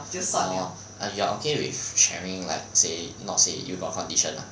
orh you are okay with sharing like say not say you got condition ah